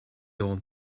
old